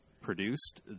produced